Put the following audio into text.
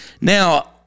Now